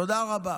תודה רבה.